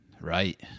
right